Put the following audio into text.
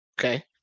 Okay